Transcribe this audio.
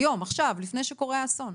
היום, עכשיו, לפני שקורה האסון.